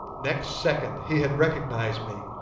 next second he had recognized me,